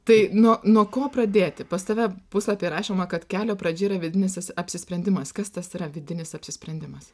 tai nuo nuo ko pradėti pas tave puslapyje rašoma kad kelio pradžia yra vidinis apsisprendimas kas tas yra vidinis apsisprendimas